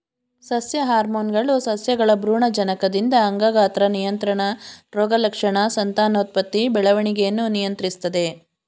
ಸಸ್ಯ ಹಾರ್ಮೋನ್ಗಳು ಸಸ್ಯಗಳ ಭ್ರೂಣಜನಕದಿಂದ ಅಂಗ ಗಾತ್ರ ನಿಯಂತ್ರಣ ರೋಗಲಕ್ಷಣ ಸಂತಾನೋತ್ಪತ್ತಿ ಬೆಳವಣಿಗೆಯನ್ನು ನಿಯಂತ್ರಿಸ್ತದೆ